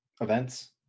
events